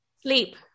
Sleep